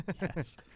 Yes